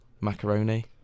Macaroni